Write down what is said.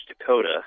Dakota